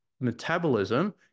metabolism